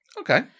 Okay